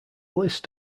list